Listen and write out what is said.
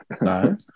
No